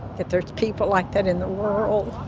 that there's people like that in the world,